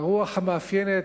הרוח המאפיינת,